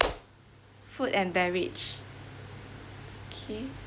food and beverage okay